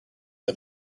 les